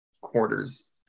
quarters